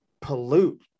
pollute